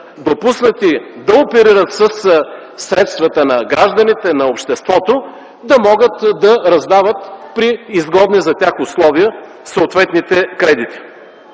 допуснати да оперират със средствата на гражданите, на обществото, да могат да раздават при изгодни за тях условия съответните кредити.